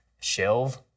shelve